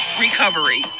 recovery